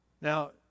Now